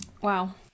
wow